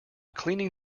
cleaning